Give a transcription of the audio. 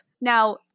Now